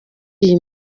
iyi